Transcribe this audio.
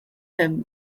him